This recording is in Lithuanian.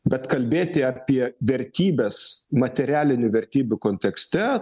bet kalbėti apie vertybes materialinių vertybių kontekste